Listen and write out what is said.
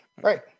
Right